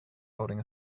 holding